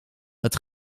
het